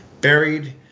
buried